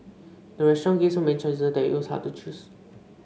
the restaurant gave so many choices that it was hard to choose